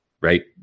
right